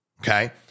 okay